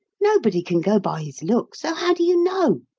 nobody can go by his looks so how do you know?